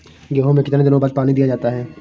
गेहूँ में कितने दिनों बाद पानी दिया जाता है?